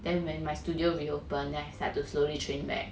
then when my studio reopen then I started to slowly train back